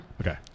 Okay